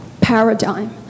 paradigm